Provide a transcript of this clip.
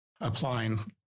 applying